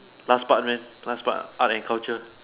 last part meh last part art and culture